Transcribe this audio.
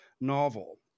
novel